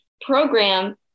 program